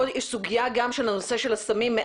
פה יש סוגיה גם של הנושא של הסמים,